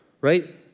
right